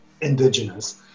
indigenous